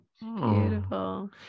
Beautiful